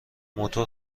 موتور